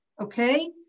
Okay